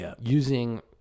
using